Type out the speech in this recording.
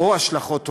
או "השלכות רוחב".